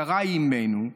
שרה אימנו.